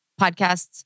podcasts